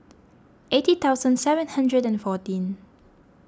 eighty thousand seven hundred and fourteen